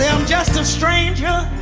yeah i'm just a stranger.